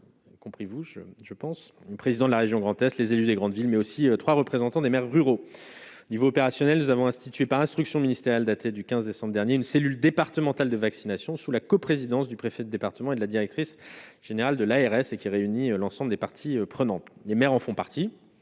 compris vous je je pense le président de la région Grand-Est, les élus des grandes villes mais aussi 3 représentants des maires ruraux au niveau opérationnel, nous avons instituée par instruction ministérielle datée du 15 décembre dernier une cellule départementale de vaccination sous la coprésidence du préfet du département et de la directrice générale de l'ARS et qui réunit l'ensemble des parties prenantes des mères en font partie,